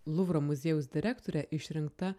luvro muziejaus direktore išrinkta